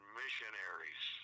missionaries